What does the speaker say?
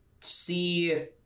see